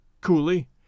coolly